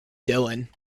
dylan